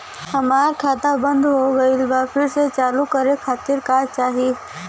हमार खाता बंद हो गइल बा फिर से चालू करा खातिर का चाही?